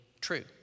true